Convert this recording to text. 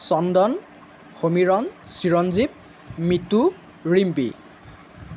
Chandan Samiran Chiranjeev Mitu Rimpi